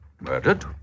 Murdered